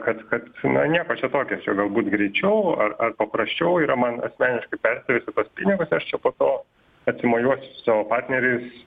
kad kad na nieko čia tokio čia galbūt greičiau ar ar paprasčiau yra man asmeniškai persivesti tuos pinigus aš čia poto atsimojuosiu su savo partneriais